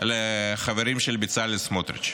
לחברים של בצלאל סמוטריץ'.